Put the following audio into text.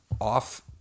off